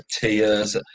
tears